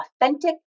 authentic